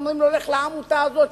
אומרים: לך לעמותה הזאת,